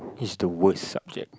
it's the worst subject